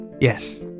Yes